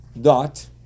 dot